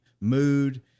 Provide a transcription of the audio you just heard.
mood